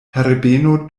herbeno